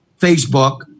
Facebook